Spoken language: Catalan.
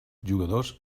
jugadors